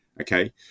okay